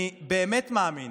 אני באמת מאמין